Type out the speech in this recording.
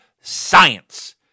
science